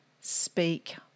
speak